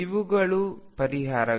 ಇವುಗಳು ಪರಿಹಾರಗಳು